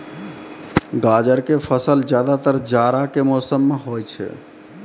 गाजर के फसल ज्यादातर जाड़ा के मौसम मॅ होय छै